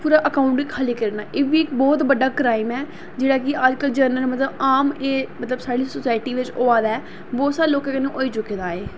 पूरा अकाऊंट गै खाल्ली करी ओड़ना एह्बी इक बहुत बड्डा क्राईम ऐ जेह्ड़ा कि अजकल जर्नल मतलब आम ओह् मतलब साढ़ी सोसाईटी बिच होआ दा ऐ बहुत सारे लोकें कन्नै होई चुके दा ऐ एह्